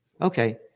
Okay